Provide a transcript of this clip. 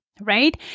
right